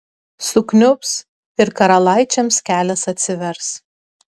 sukniubs ir karalaičiams kelias atsivers